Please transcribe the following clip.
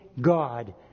God